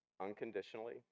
unconditionally